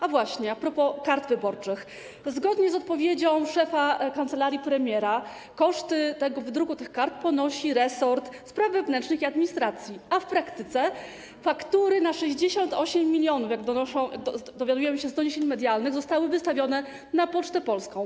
A właśnie, a propos kart wyborczych: zgodnie z odpowiedzią szefa kancelarii premiera koszty wydruku tych kart ponosi resort spraw wewnętrznych i administracji, a w praktyce faktury na 68 mln, jak dowiadujemy się z doniesień medialnych, zostały wystawione na Pocztę Polską.